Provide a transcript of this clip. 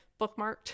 bookmarked